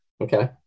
Okay